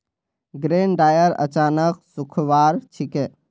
grain dryer अनाजक सुखव्वार छिके